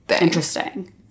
interesting